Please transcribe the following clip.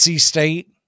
State